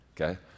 okay